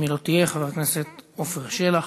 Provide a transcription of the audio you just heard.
אם היא לא תהיה, חבר הכנסת עפר שלח.